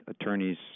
attorneys